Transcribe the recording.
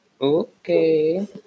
Okay